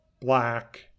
black